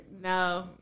No